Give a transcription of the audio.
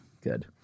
Good